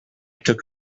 took